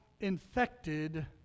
infected